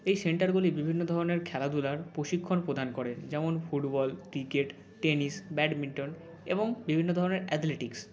এই সেন্টারগুলি বিভিন্ন ধরনের খেলাধুলার প্রশিক্ষণ প্রদান করে যেমন ফুটবল ক্রিকেট টেনিস ব্যাডমিন্টন এবং বিভিন্ন ধরনের অ্যাথলেটিক্স